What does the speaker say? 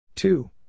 Two